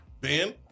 Ben